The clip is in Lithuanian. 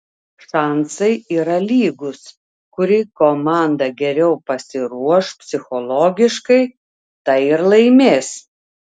šansai yra lygūs kuri komanda geriau pasiruoš psichologiškai ta ir laimės